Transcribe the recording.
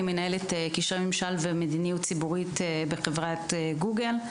מנהלת קשרי ממשל ומדיניות ציבורית בחברת גוגל,